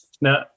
now